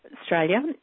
Australia